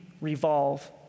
revolve